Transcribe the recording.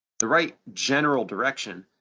the right general direction.